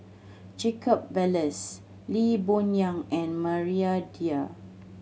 Jacob Ballas Lee Boon Yang and Maria Dyer